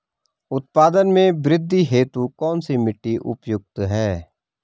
उत्पादन में वृद्धि हेतु कौन सी मिट्टी उपयुक्त है?